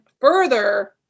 further